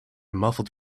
muffled